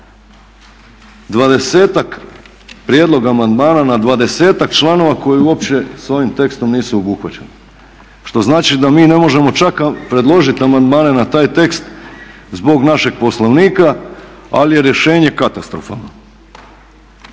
dvadesetak prijedloga amandmana na dvadesetak članova koji uopće sa ovim tekstom nisu obuhvaćeni što znači da mi ne možemo čak predložit amandmane na taj tekst zbog našeg Poslovnika, ali je rješenje katastrofalno.